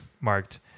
marked